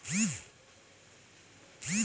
कृषि अनुसंधान से उद्योग रो क्षेत्र मे बिकास हुवै छै